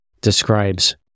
describes